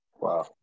wow